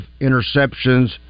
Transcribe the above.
interceptions